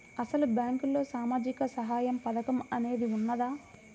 అసలు బ్యాంక్లో సామాజిక సహాయం పథకం అనేది వున్నదా?